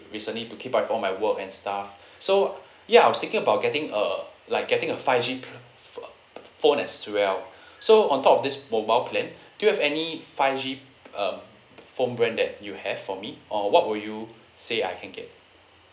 recently to keep up for my work and stuff so ya I was thinking about getting a like getting a five G p~ ph~ phone as well so on top of this mobile plan do you have any five G uh phone brand that you have for me or what will you say I can get